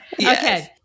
Okay